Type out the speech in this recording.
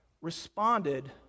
Responded